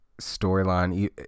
storyline